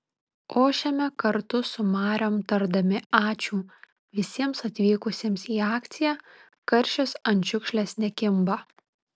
ošiame kartu su mariom tardami ačiū visiems atvykusiems į akciją karšis ant šiukšlės nekimba